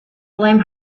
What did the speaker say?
blame